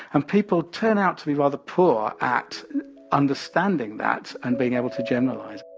and people turn out to be rather poor at understanding that and being able to generalize